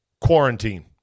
quarantine